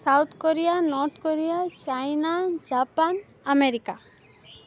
South Korea North Korea China Japan America